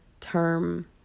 term